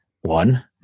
one